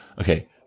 okay